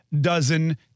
dozen